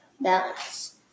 balance